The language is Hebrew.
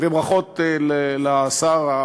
וברכות לשר,